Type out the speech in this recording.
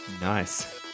nice